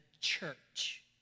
church